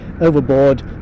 overboard